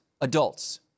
Adults